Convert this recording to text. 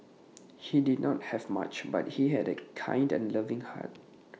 he did not have much but he had A kind and loving heart